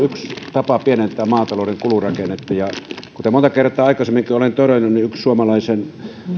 tapa pienentää maatalouden kulurakennetta kuten monta kertaa aikaisemminkin olen todennut yksi suomalaisen